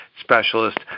specialist